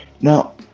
Now